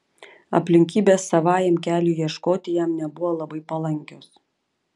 aplinkybės savajam keliui ieškoti jam nebuvo labai palankios